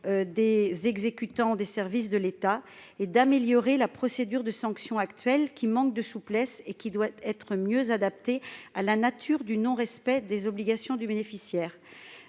pleinement leurs responsabilités, et d'améliorer la procédure de sanction actuelle, qui manque de souplesse et qui doit être mieux adaptée à la nature du non-respect des obligations du bénéficiaire.